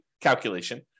calculation